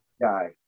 guy